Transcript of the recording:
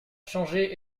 changée